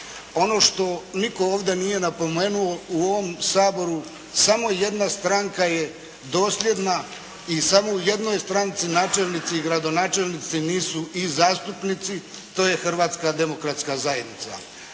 Ovo što nitko ovdje nije napomenuo u ovom Saboru samo jedna stranka je dosljedna i samo u jednoj stranci načelnici i gradonačelnici nisu i zastupnici. To je Hrvatska demokratska zajednica.